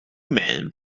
men